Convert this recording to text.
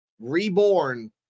reborn